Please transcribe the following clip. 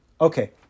okay